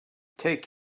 take